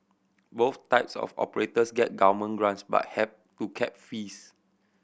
both types of operators get government grants but have to cap fees